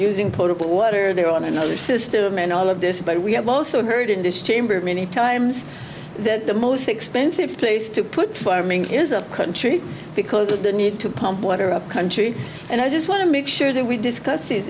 using potable water they are on another system and all of this but we have also heard in this chamber many times that the most expensive place to put farming is a country because of the need to pump water up country and i just want to make sure that we discuss these